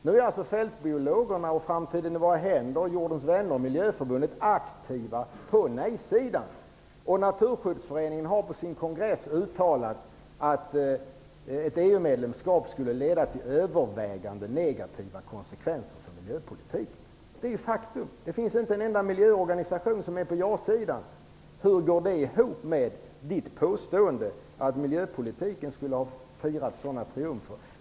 Nu är Fältbiologerna, Framtiden i våra händer, Jordens vänner och Miljöförbundet aktiva på nejsidan. Naturskyddsföreningen har på sin kongress uttalat att ett EU-medlemskap skulle leda till övervägande negativa konsekvenser för miljöpolitiken. Detta är ett faktum. Det finns inte en enda miljöorganisation på ja-sidan. Hur går det ihop med Karl Erik Olssons påstående att miljöpolitiken har firat triumfer?